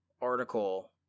article